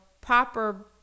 proper